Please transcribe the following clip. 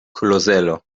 klozelo